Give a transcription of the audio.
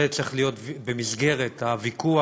זה צריך להיות במסגרת הוויכוח